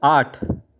आठ